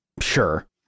Sure